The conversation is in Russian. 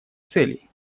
целей